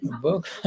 book